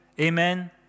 Amen